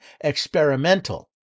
experimental